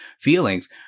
feelings